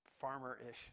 farmer-ish